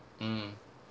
mm